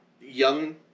young